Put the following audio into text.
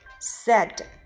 Sad